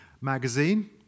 magazine